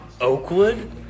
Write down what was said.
Oakwood